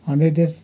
hundred days